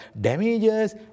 damages